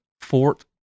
Fort